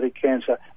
cancer